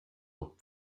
noch